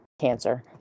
cancer